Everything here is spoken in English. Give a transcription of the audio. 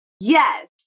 yes